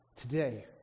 today